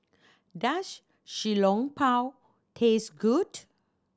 does Xiao Long Bao taste good